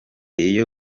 iyo